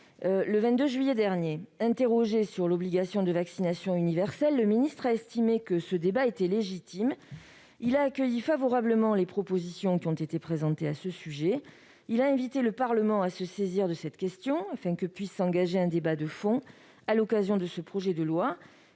le 22 juillet dernier. Interrogé sur l'obligation de vaccination universelle, le ministre a estimé que ce débat était légitime. Il a accueilli favorablement les propositions qui ont été présentées à ce sujet. Il a invité le Parlement à se saisir de cette question afin que puisse s'engager une discussion de fond à l'occasion de ce projet de loi,